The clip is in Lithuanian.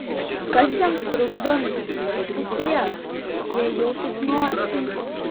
kas jam trukdo nusipirkti fiat jei jau taip nori